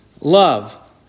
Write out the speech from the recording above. love